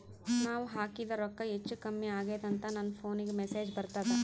ನಾವ ಹಾಕಿದ ರೊಕ್ಕ ಹೆಚ್ಚು, ಕಮ್ಮಿ ಆಗೆದ ಅಂತ ನನ ಫೋನಿಗ ಮೆಸೇಜ್ ಬರ್ತದ?